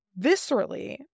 viscerally